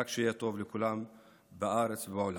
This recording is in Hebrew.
שרק יהיה טוב לכולם בארץ ובעולם.